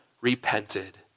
repented